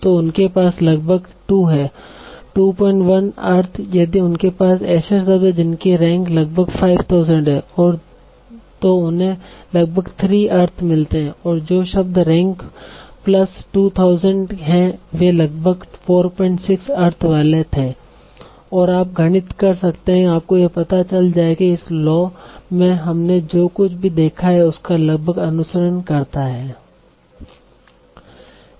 तो उनके पास लगभग 2 है 21 अर्थ यदि उनके पास ऐसे शब्द हैं जिनकी रैंक लगभग 5000 है तो उन्हें लगभग 3 अर्थ मिलते हैं और जो शब्द रैंक प्लस 2000 हैं वे लगभग 46 अर्थ वाले थे और आप गणित कर सकते हैं और आपको यह पता चल जाएगा इस लॉ में हमने जो कुछ भी देखा है उसका लगभग अनुसरण करता है